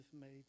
made